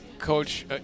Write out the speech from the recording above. Coach